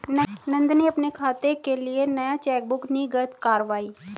नंदनी अपने खाते के लिए नया चेकबुक निर्गत कारवाई